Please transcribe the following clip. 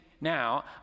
now